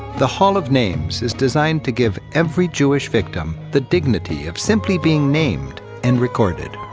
the hall of names is designed to give every jewish victim the dignity of simply being named and recorded.